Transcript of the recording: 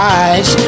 eyes